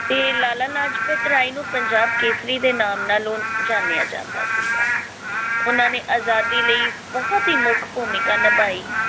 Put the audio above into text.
ਅਤੇ ਲਾਲਾ ਲਾਜਪਤ ਰਾਏ ਨੂੰ ਪੰਜਾਬ ਕੇਸਰੀ ਦੇ ਨਾਮ ਨਾਲ ਹੁਣ ਜਾਣਿਆ ਜਾਂਦਾ ਸੀਗਾ ਉਹਨਾਂ ਨੇ ਆਜ਼ਾਦੀ ਲਈ ਬਹੁਤ ਹੀ ਮੁੱਖ ਭੂਮਿਕਾ ਨਿਭਾਈ